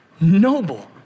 noble